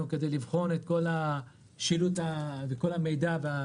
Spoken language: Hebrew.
כדי לבחון את כל השילוט ואת כל המידע.